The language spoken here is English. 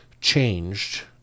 changed